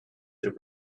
there